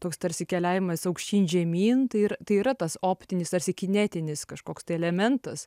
toks tarsi keliavimas aukštyn žemyn tai yra tas optinis tarsi kinetinis kažkoks tai elementas